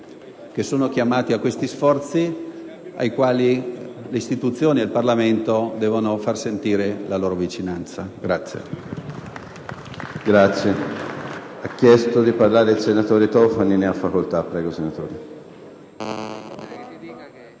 che sono chiamati a compiere questi sforzi. Ad essi le istituzioni e il Parlamento devono far sentire la loro vicinanza*.